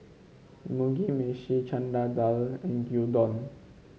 Mugi Meshi Chana Dal and Gyudon